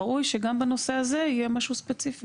ראוי שגם בנושא הזה יהיה משהו ספציפי.